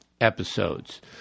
episodes